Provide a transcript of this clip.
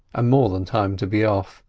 and more than time to be off.